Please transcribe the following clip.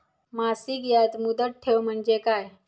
मासिक याज मुदत ठेव म्हणजे काय?